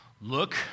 Look